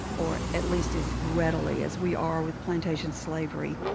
or atleast as readily as we are with plantation slavery.